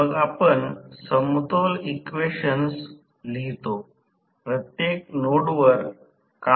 मी ते करत नाही मी विनंती करतो की हे करा